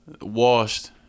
washed